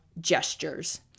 gestures